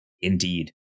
Indeed